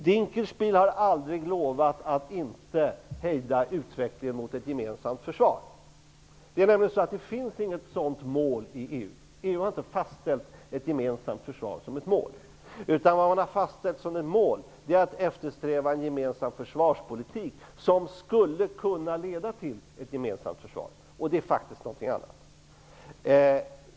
Dinkelspiel har aldrig lovat att inte hejda utvecklingen mot ett gemensamt försvar. Det finns inget sådant mål i EU. EU har inte fastställt ett gemensamt försvar som ett mål. Däremot har man fastställt att man skall eftersträva en gemensam försvarspolitik som skulle kunna leda till ett gemensamt försvar, och det är faktiskt något annat.